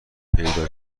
پیدا